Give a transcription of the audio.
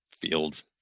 field